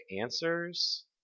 answers